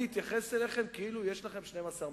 אני אתייחס אליכם כאילו יש לכם 12 מנדטים.